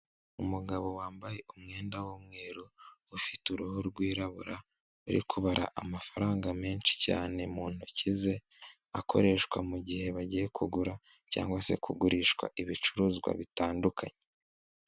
Umugabo wambaye umwenda w'umweru ufite uruhu rwirabura uri kubara amafaranga menshi cyane mu ntoki ze akoreshwa mugihe bagiye kugura cyangwa se kugurishwa ibicuruzwa bitandukanye.